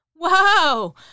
Whoa